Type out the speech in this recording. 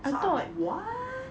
so I am like what